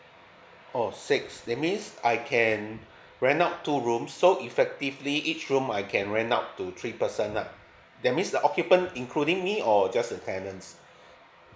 oh six that means I can rent out to room so effectively each room I can rent out to three person lah that means the occupant including me or just the tenants